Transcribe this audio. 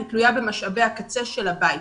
היא תלויה במשאבי הקצה של הבית,